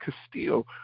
Castillo